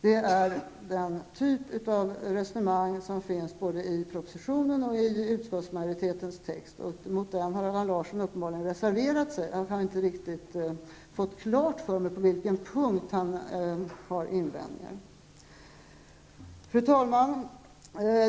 Det är den typ av resonemang som finns både i propositionen och i utskottsmajoritetens text. Mot den har Allan Larsson uppenbarligen reserverat sig. Jag har inte fått klart för mig på vilken punkt han har invändningar. Herr talman!